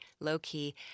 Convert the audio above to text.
low-key